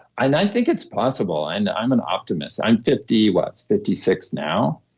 i think it's possible. and i'm an optimist. i'm fifty what? fifty six now.